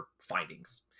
findings